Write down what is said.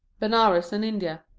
benares and india,